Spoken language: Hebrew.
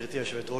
גברתי היושבת-ראש,